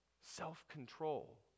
self-control